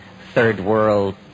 third-world